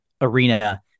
arena